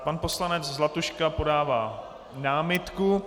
Pan poslanec Zlatuška podává námitku.